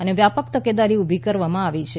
અને વ્યાપક તકેદારી ઉભી કરવામાં આવી છે